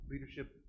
leadership